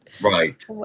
Right